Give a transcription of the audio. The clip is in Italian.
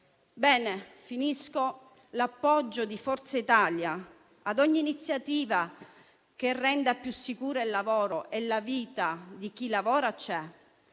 intervento, l'appoggio di Forza Italia a ogni iniziativa che renda più sicuri il lavoro e la vita di chi lavora c'è,